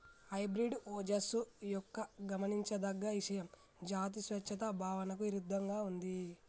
hybrid ఓజస్సు యొక్క గమనించదగ్గ ఇషయం జాతి స్వచ్ఛత భావనకు ఇరుద్దంగా ఉంది